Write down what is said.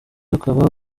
ukaba